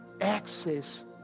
access